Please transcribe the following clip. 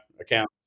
account